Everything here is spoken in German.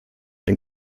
ein